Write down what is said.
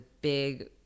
big